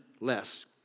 less